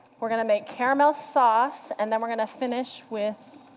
we're going to make caramel sauce, and then we're going to finish with